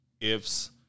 ifs